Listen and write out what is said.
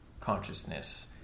consciousness